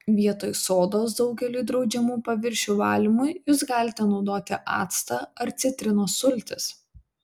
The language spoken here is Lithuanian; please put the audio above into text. vietoj sodos daugeliui draudžiamų paviršių valymui jus galite naudoti actą ar citrinos sultis